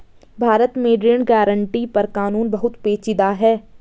भारत में ऋण गारंटी पर कानून बहुत पेचीदा है